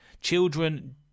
Children